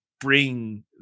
bring